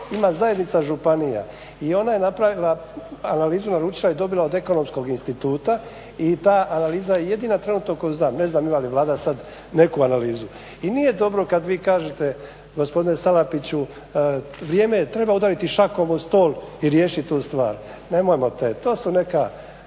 ima zajednica županija i ona je napravila analizu, naručila i dobila od ekonomskog instituta i ta analiza je jedina trenutno koju znam. Ne znam ima li Vlada sad neku analizu i nije dobro kad vi kažete gospodine Salapiću, vrijeme je, treba udariti šakom o stol i riješit tu stvar, nemojmo te, to su neka